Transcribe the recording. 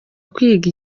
kwiga